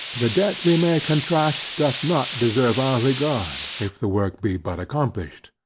the debt we may contract doth not deserve our regard if the work be but accomplished.